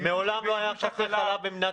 החלב -- מעולם לא הייתה חסרה חלב במדינת ישראל.